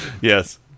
yes